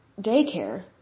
daycare